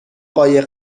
قایق